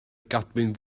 gadwyn